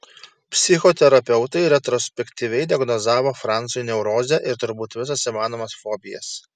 psichoterapeutai retrospektyviai diagnozavo franzui neurozę ir turbūt visas įmanomas fobijas